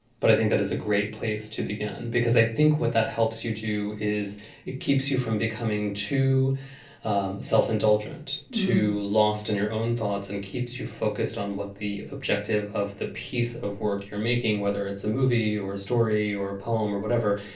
but i think that is a great place to begin, because i think what that helps you, too, is it keeps you from becoming too um self-indulgent to loston your own thoughts and keeps you focused on what the objective of the piece of work you're making, whether it's a movie or a story or a poem or whatever.